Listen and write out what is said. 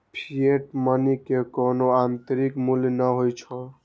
fiat money के कोनो आंतरिक मूल्य नै होइ छै